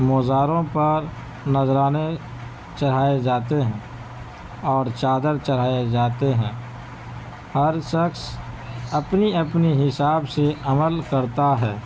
مَزاروں پر نذرانے چڑھائے جاتے ہیں اور چادر چڑھائے جاتے ہیں ہر شخص اپنی اپنی حساب سے عمل کرتا ہے